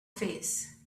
face